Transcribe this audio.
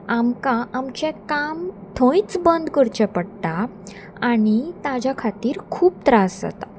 आमकां आमचें काम थंयच बंद करचें पडटा आनी ताज्या खातीर खूब त्रास जाता